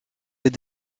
les